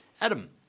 Adam